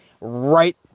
Right